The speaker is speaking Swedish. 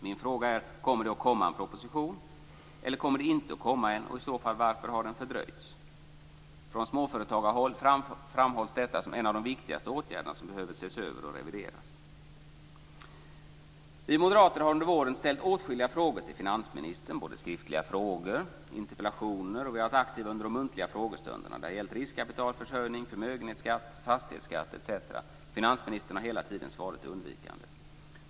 Min fråga är: Kommer det en proposition eller inte, och varför har den i så fall fördröjts? Från småföretagarhåll framhålls detta som en av de viktigaste åtgärderna som behöver ses över och revideras. Vi moderater har under våren ställt åtskilliga frågor till finansministern. Vi har ställt skriftliga frågor och ställt interpellationer och har också varit aktiva under de muntliga frågestunderna. Det har gällt riskkapitalförsörjning, förmögenhetsskatt, fastighetsskatt etc. Finansministern har hela tiden svarat undvikande.